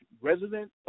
Resident